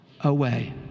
away